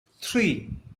three